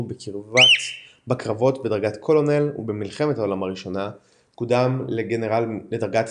בקרבות בדרגת קולונל ובמלחמת העולם הראשונה קודם לדרגת